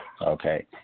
Okay